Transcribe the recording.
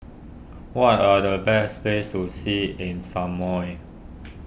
what are the best place to see in Samoa